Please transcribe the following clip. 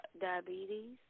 diabetes